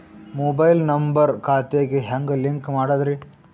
Mobile number ಖಾತೆ ಗೆ ಹೆಂಗ್ ಲಿಂಕ್ ಮಾಡದ್ರಿ?